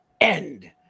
End